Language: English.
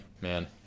man